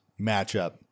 matchup